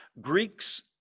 Greeks